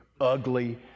ugly